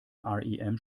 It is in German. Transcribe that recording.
rem